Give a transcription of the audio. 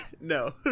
no